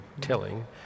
telling